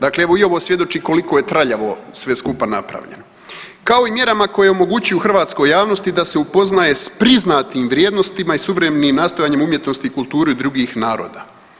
Dakle evo i ovo svjedoči koliko je traljavo sve skupa napravljeno, kao i mjerama koje omogućuju hrvatskoj javnosti da se upoznaje s priznatim vrijednostima i suvremenim nastojanjima umjetnosti, kulturi drugih naroda.